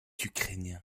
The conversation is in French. ukrainien